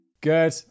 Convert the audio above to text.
Good